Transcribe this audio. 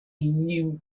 new